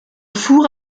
four